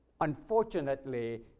Unfortunately